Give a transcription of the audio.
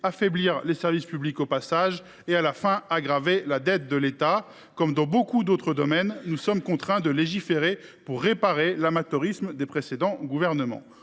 au passage les services publics et finalement aggraver la dette de l’État. Comme dans beaucoup d’autres domaines, nous sommes contraints de légiférer pour réparer l’amateurisme des précédents gouvernements.